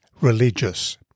religious